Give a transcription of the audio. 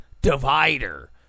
divider